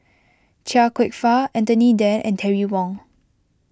Chia Kwek Fah Anthony then and Terry Wong